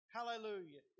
Hallelujah